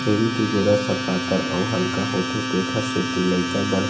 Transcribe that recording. छेरी के गोरस ह पातर अउ हल्का होथे तेखर सेती लइका बर